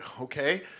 okay